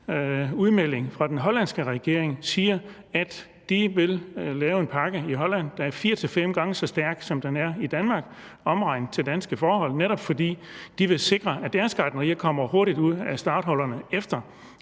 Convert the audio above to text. altså at den hollandske regerings udmelding siger, at de vil lave en pakke i Holland, der er fire til fem gange så stærk, som den er i Danmark omregnet til danske forhold, netop fordi de vil sikre, at deres gartnerier kommer hurtigt ud af starthullerne efter